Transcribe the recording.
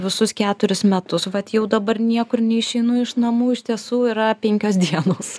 visus keturis metus vat jau dabar niekur neišeinu iš namų iš tiesų yra penkios dienos